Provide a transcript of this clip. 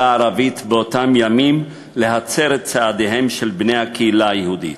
הערבית באותם ימים להצר את צעדיהם של בני הקהילה היהודית.